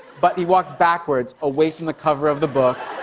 but he walks backwards away from the cover of the book.